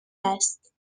است